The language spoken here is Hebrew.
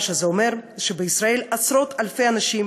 מה שזה אומר הוא שבישראל עשרות-אלפי אנשים